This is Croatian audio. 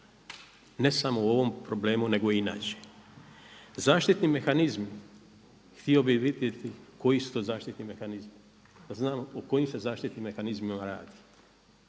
ne samo o ovom problemu nego i inače. Zaštitni mehanizmi htio bih vidjeti koji su to zaštitni mehanizmi da znamo o kojim se zaštitnim mehanizmima radi.